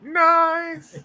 nice